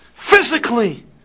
Physically